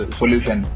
solution